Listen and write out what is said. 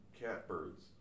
catbirds